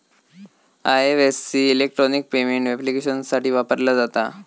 IFSC electronic payment ऍप्लिकेशन्ससाठी वापरला जाता